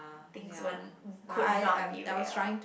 things could not be real